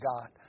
God